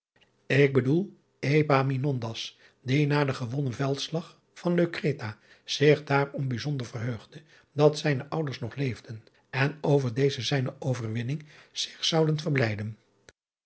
ik bedoel die na den gewonnen veldslag van euctra zich daarom bijzonder verheugde dat zijne ouders nog leefden en over deze zijne overwinning zich zouden verblijden